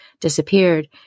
disappeared